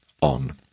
on